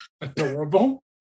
Adorable